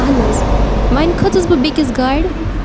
اہَن حظ وۄنۍ کھٔژٕس بہٕ بیٚیِکِس گاڑِ